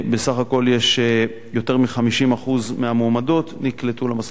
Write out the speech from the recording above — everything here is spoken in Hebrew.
בסך הכול יותר מ-50% מהמועמדות נקלטו למסלול.